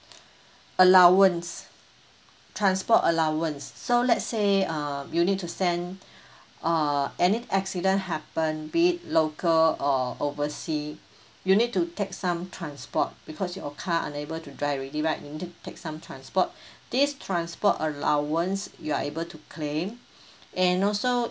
allowance transport allowance so let's say uh you need to send uh any accident happened be it local or oversea you need to take some transport because your car unable to drive already right you need take some transport this transport allowance you are able to claim and also